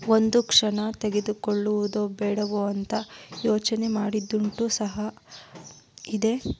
ಒಂದು ಕ್ಷಣ ತೆಗೆದುಕೊಳ್ಳುವುದೋ ಬೇಡವೋ ಅಂತ ಯೋಚನೆ ಮಾಡಿದ್ದುಂಟು ಸಹ ಇದೆ